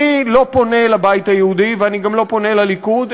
אני לא פונה לבית היהודי ואני גם לא פונה לליכוד,